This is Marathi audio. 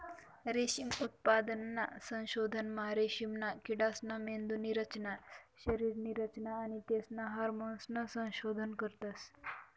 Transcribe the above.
रेशीम उत्पादनना संशोधनमा रेशीमना किडासना मेंदुनी रचना, शरीरनी रचना आणि तेसना हार्मोन्सनं संशोधन करतस